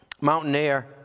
Mountaineer